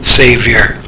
savior